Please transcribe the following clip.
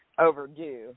overdue